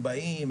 הם מגיעים,